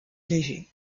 légers